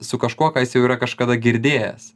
su kažkuo ką jis jau yra kažkada girdėjęs